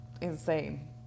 insane